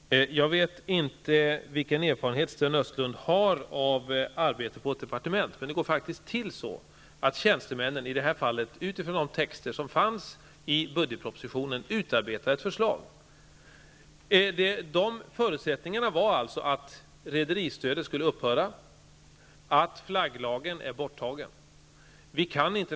Herr talman! Jag vet inte vilken erfarenhet Sten Östlund har av arbetet på ett departement, men det går faktiskt till så, att tjänstemännen i det här fallet -- utifrån den skrivning som fanns i budgetpropositionen -- har utarbetat ett förslag. Förutsättningarna var att rederistödet skulle upphöra och att flagglagen har tagits bort.